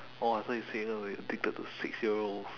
oh I thought you said you know like addicted to six-year-olds